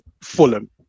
Fulham